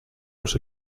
los